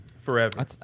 forever